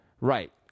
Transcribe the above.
Right